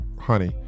honey